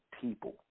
people